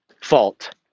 fault